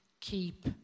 keep